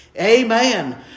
Amen